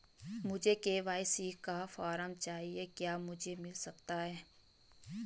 मुझे के.वाई.सी का फॉर्म चाहिए क्या मुझे मिल सकता है?